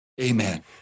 Amen